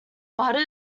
butter